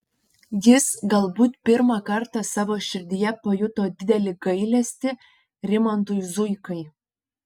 jis galbūt pirmą kartą savo širdyje pajuto didelį gailestį rimantui zuikai